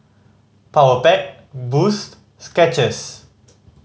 Powerpac Boost Skechers